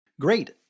Great